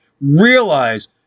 realize